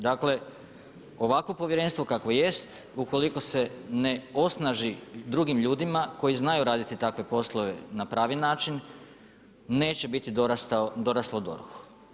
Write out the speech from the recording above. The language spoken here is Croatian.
Dakle ovakvo povjerenstvo kakvo jest ukoliko se ne osnaži drugim ljudima koji znaju raditi takve poslove na pravi način neće biti doraslo DORH-u.